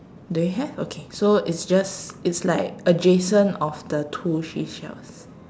do you have okay so it's just it's like adjacent of the two seashells